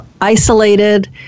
Isolated